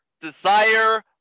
desire